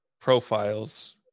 profiles